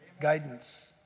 guidance